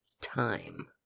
time